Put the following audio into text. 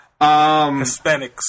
Hispanics